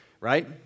right